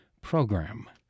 Program